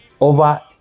over